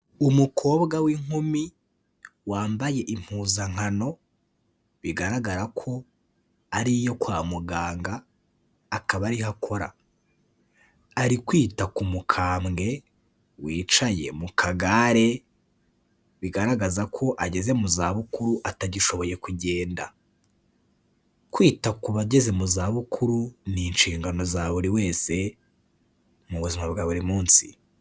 Umukobwa w'inkumi wambaye impuzankano bigaragara ko ari iyo kwa muganga, akaba ariho akora; ari kwita ku mukambwe wicaye mu kagare, bigaragaza ko ageze mu zabukuru atagishoboye kugenda. Kwita ku bageze mu zabukuru, ni inshingano za buri wese, mu buzima bwa buri munsi.